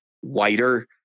whiter